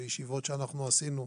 בישיבות שעשינו,